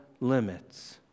limits